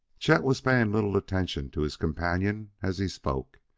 chet was paying little attention to his companion as he spoke.